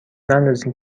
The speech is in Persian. نندازین